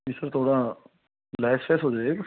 जी sir थोड़ा less वेस हो जाएगा